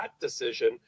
decision